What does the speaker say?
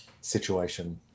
situation